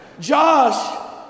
Josh